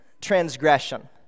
transgression